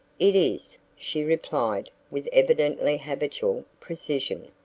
it is, she replied with evidently habitual precision.